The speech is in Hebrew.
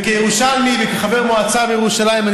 כירושלמי וכחבר מועצה בירושלים אני